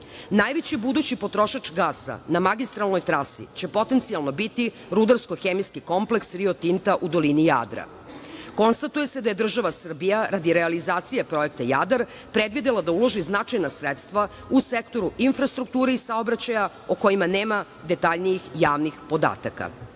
budući potrošač gasa na magistralnoj trasi će potencijalno biti rudarsko-hemijski kompleks „Rio Tinta“ u dolini Jadra. Konstatuje se da je država Srbija radi realizacije projekta „Jadar“ predvidela da uloži značajna sredstva u sektoru infrastrukture i saobraćaja o kojima nema detaljnijih javnih podataka. Izveštaj